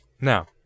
Now